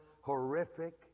horrific